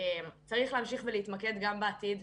צריך להמשיך ולהתמקד גם בעתיד,